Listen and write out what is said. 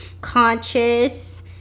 conscious